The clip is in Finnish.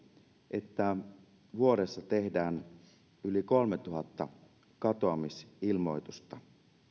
että vuodessa tehdään yli kolmetuhatta katoamisilmoitusta